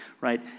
right